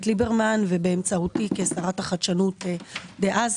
ליברמן ובאמצעותי כשרת החדשנות דאז.